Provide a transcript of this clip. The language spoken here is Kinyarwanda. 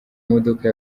modoka